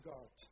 God